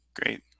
Great